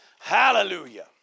Hallelujah